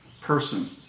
person